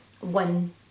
one